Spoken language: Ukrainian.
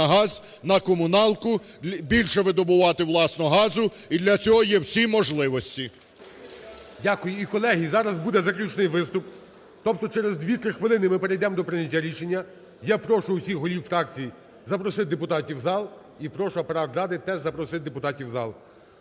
на газ, на комуналку, більше видобувати власного газу, і для цього є всі можливості. ГОЛОВУЮЧИЙ. Дякую. І, колеги, зараз буде заключний виступ. Тобто через 2-3 хвилини ми перейдемо до прийняття рішення. Я прошу усіх голів фракцій запросити депутатів в зал, і прошу Апарат Ради теж запросити депутатів в зал.